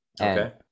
Okay